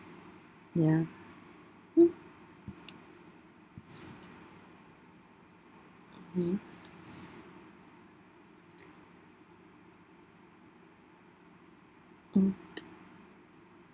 ya mm mm okay